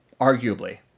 Arguably